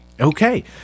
okay